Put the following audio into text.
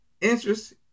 Interest